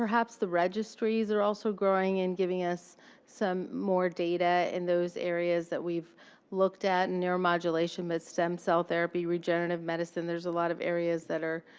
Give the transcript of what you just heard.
perhaps the registries are also growing and giving us some more data in those areas that we've looked at in neuromodulation, with stem cell therapy, regenerative medicine. there's a lot of areas that are,